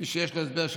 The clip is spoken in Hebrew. מי שיש לו הסבר,